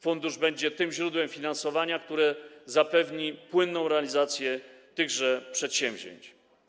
Fundusz będzie tym źródłem finansowania, które zapewni płynną realizację tychże przedsięwzięć.